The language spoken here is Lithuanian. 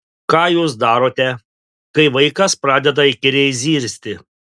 ką jūs darote kai vaikas pradeda įkyriai zirzti